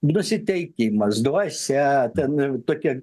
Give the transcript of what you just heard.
nusiteikimas dvasia ten tokie